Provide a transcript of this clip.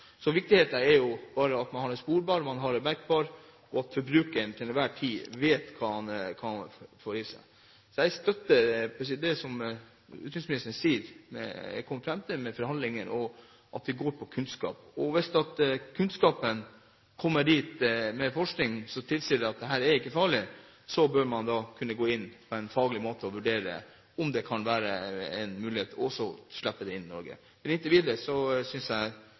Så jeg støtter det som utenriksministeren sier, og det man har kommet fram til med forhandlinger, at vi går for kunnskap. Hvis vi får forskning som tilsier at dette ikke er farlig, bør man kunne gå inn på en faglig måte og vurdere om det kan være en mulighet også å slippe dette inn i Norge. Inntil videre synes jeg